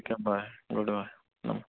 ठीक है bye good bye